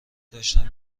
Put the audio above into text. داشتم